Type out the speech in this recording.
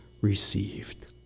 received